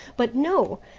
but no,